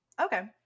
Okay